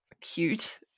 cute